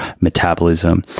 metabolism